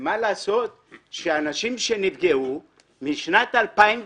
אבל מה לעשות שאנשים שנפגעו משנת 2003